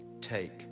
Take